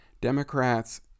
Democrats